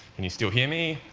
and you still hear me?